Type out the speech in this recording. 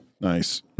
Nice